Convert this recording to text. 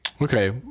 Okay